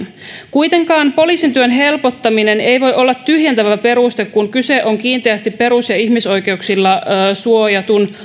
kuitenkaan poliisin työn helpottaminen ei voi olla tyhjentävä peruste kun kyse on kiinteästi perus ja ihmisoikeuksilla suojatun